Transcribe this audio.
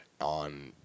on